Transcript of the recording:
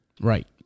Right